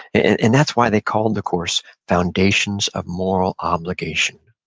and that's why they called the course foundations of moral obligation.